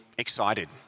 Excited